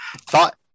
Thought